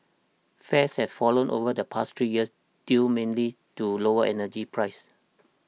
fares have fallen over the past three years due mainly to lower energy prices